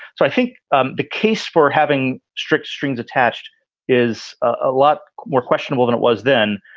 so i think um the case for having strict strings attached is a lot more questionable than it was then.